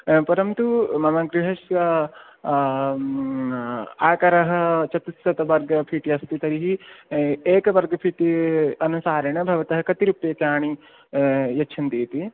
परन्तु मम गृहस्य आकारः चतुशतः वर्ग फीट् अस्ति तर्हि एक वर्ग फीट् अनुसारेण भवतः कति रूप्यकाणिं यच्छन्ति इति